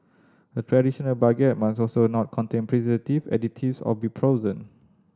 a traditional baguette must also not contain preservative additives or be frozen